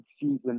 season